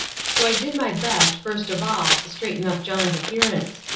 so i did my best first of all to straighten up john's appearance.